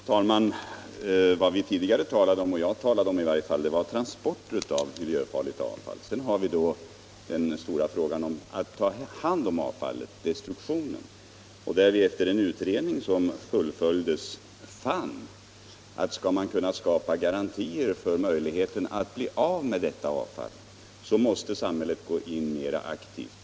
Fru talman! Vad vi tidigare talade om -— i varje fall jag — var transport av miljöfarligt avfall. Sedan har vi den stora frågan om att ta hand om avfallet — destruktionen. Där fann vi efter utredning att om man skall skapa garantier för möjligheten att bli av med detta avfall måste samhället gå in mer aktivt.